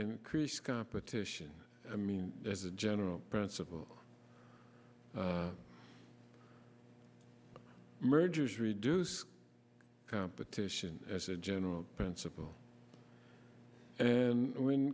increase competition i mean as a general principle mergers reduce competition as a general principle and w